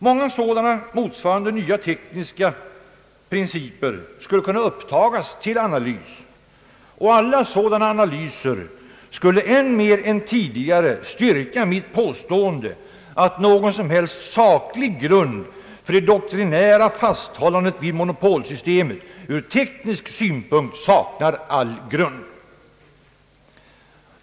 Många sådana motsvarande nya tekniska principer skulle kunna upptagas till analys, och alla sådana analyser skulle än mer än tidigare styrka mitt påstående att någon som helst saklig grund för det doktrinära fasthållandet vid monopolsystemet ur teknisk synpunkt saknar all grund.